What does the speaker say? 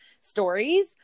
stories